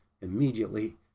immediately